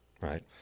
right